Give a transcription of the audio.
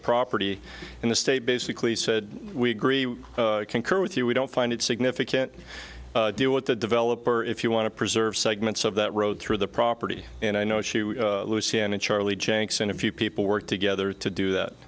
property in the state basically said we agree we concur with you we don't find it significant do what the developer if you want to preserve segments of that road through the property and i know she would luciana charlie janks and a few people work together to do that